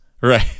Right